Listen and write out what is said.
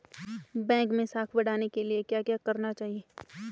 Bank मैं साख बढ़ाने के लिए क्या क्या करना चाहिए?